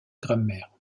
grammaire